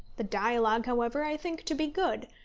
the dialogue, however, i think to be good,